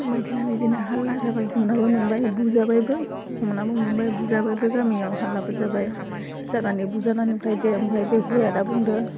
मिथिनानै बिदिनो हाल्ला जाबाय हमनाबो मोनबाय बुजाबायबो हमनाबो मोनबाय बुजाबायबो गामियाव हाल्लाबो जाबाय जागानि बुजानानै ओमफ्राय दे ओमफ्राय बे हौवाया दा बुंदों